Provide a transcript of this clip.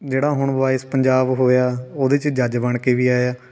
ਜਿਹੜਾ ਹੁਣ ਵੋਇਸ ਪੰਜਾਬ ਹੋਇਆ ਉਹਦੇ 'ਚ ਜੱਜ ਬਣ ਕੇ ਵੀ ਆਇਆ